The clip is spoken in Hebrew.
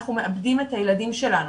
אנחנו מאבדים את הילדים שלנו.